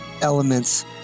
elements